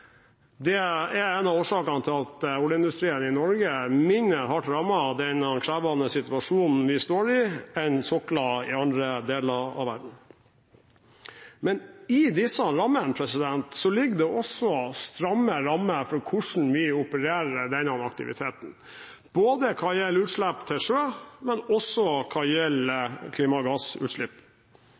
Det er en av årsakene til at oljeindustrien i Norge er mindre hardt rammet av den krevende situasjonen vi står i, enn sokler i andre deler av verden. Men i disse rammene ligger det også stramme rammer for hvordan vi opererer denne aktiviteten, både hva gjelder utslipp til sjø, og hva gjelder klimagassutslipp. Så er jeg også